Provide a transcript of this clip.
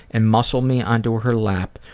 and muscle me onto her lap,